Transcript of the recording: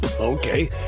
okay